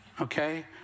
Okay